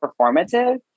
performative